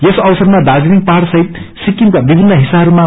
यस अवसरमा दार्जीलिङ पाहाज़ सहित सिक्किमका विभिन्न हिस्साहरूमाम